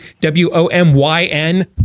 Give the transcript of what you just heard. W-O-M-Y-N